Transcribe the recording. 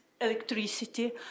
electricity